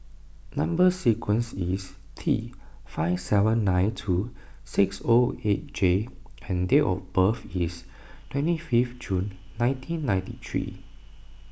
Number Sequence is T five seven nine two six O eight J and date of birth is twenty fifth June nineteen ninety three